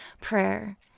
prayer